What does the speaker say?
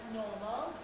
normal